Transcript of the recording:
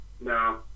No